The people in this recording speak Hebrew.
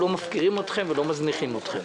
לא מפקירים אתכם ולא מזניחים אתכם.